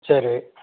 சரி